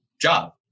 job